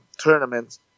tournaments